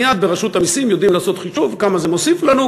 מייד ברשות המסים יודעים לעשות חישוב כמה זה מוסיף לנו,